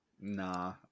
Nah